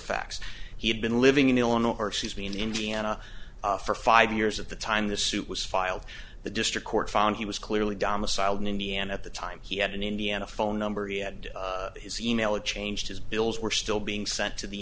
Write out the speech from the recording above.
facts he had been living in illinois or she's been in indiana for five years at the time the suit was filed the district court found he was clearly domiciled in indiana at the time he had an indiana phone number he had his e mail it changed his bills were still being sent to the